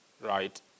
right